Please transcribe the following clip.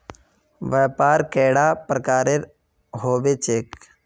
व्यापार कैडा प्रकारेर होबे चेक?